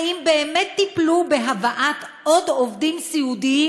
האם באמת טיפלו בהבאת עוד עובדים סיעודיים,